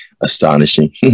astonishing